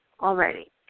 already